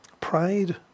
Pride